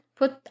Put